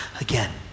again